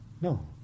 No